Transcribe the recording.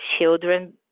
children